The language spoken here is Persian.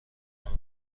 اومد